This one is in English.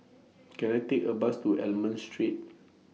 Can I Take A Bus to Almond Street